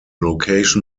location